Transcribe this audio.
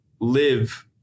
live